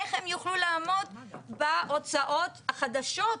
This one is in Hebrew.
איך הם יוכלו לעמוד בהוצאות החדשות,